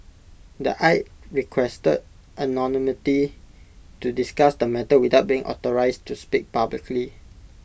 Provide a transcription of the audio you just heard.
the aide requested anonymity to discuss the matter without being authorised to speak publicly